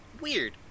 Weird